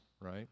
right